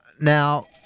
Now